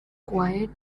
quite